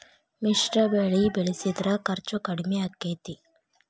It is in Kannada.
ಮಿಶ್ರ ಬೆಳಿ ಬೆಳಿಸಿದ್ರ ಖರ್ಚು ಕಡಮಿ ಆಕ್ಕೆತಿ?